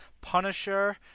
Punisher